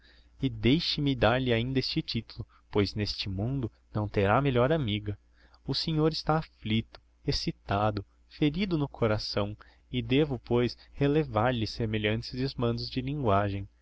alexandrovna e deixe-me dar-lhe ainda este titulo pois neste mundo não terá melhor amiga o senhor está afflicto excitado ferido no coração e devo pois relevar lhe semelhantes desmandos de linguagem